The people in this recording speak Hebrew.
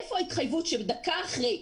איפה ההתחייבות כאשר דקה אחרי,